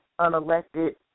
unelected